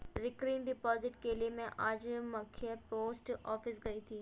recurring deposit के लिए में आज मख्य पोस्ट ऑफिस गयी थी